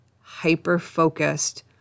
hyper-focused